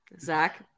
zach